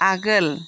आगोल